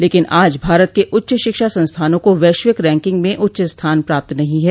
लेकिन आज भारत के उच्च शिक्षा संस्थानों को वैश्विक रैंकिंग में उच्च स्थान प्राप्त नहीं है